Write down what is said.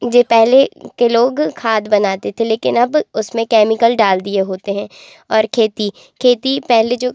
जो पहले के लोग खाद बनाते थे लेकिन अब उसमें कैमिकल डाल दिए होते हैं और खेती खेती पहले जो